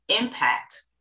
impact